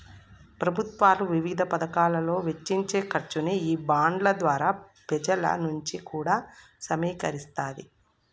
ప్రభుత్వాలు వివిధ పతకాలలో వెచ్చించే ఖర్చుని ఈ బాండ్ల ద్వారా పెజల నుంచి కూడా సమీకరిస్తాది